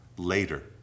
Later